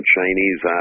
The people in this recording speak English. Chinese